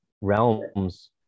realms